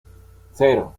cero